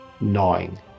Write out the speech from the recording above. gnawing